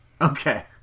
Okay